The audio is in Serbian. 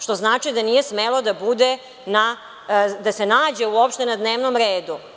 Što znači da nije smelo da se nađe uopšte na dnevnom redu.